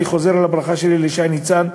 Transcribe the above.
אני חוזר על הברכה שלי לשי ניצן,